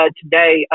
today